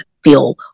feel